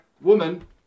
woman